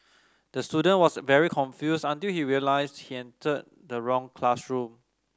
the student was very confused until he realised he entered the wrong classroom